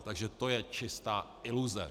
Takže to je čistá iluze!